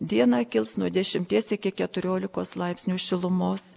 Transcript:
dieną kils nuo dešimties iki keturiolikos laipsnių šilumos